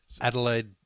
Adelaide